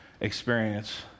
experience